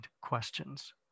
questions